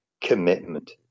commitment